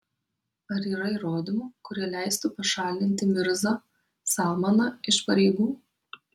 ar yra įrodymų kurie leistų pašalinti mirzą salmaną iš pareigų